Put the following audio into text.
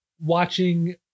watching